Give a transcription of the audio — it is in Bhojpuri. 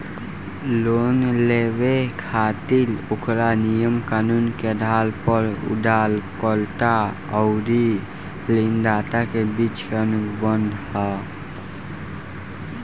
लोन लेबे खातिर ओकरा नियम कानून के आधार पर उधारकर्ता अउरी ऋणदाता के बीच के अनुबंध ह